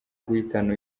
guhitana